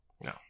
No